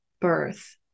birth